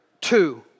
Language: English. two